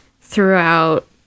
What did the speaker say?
throughout